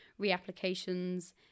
reapplications